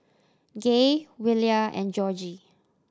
Gaye Willia and Georgie